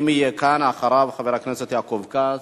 אם יהיה כאן, אחריו, חבר הכנסת יעקב כץ,